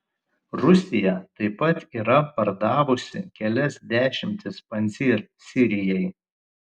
rusija taip pat yra pardavusi kelias dešimtis pancyr sirijai